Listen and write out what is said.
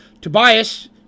Tobias